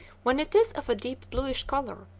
when it is of a deep bluish color,